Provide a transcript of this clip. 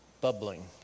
bubbling